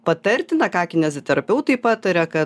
patartina ką kineziterapeutai pataria kad